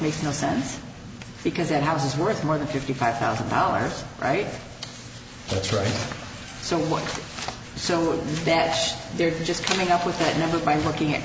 makes no sense because that house is worth more than fifty five thousand dollars right that's right so much so that they're just coming up with that number by looking at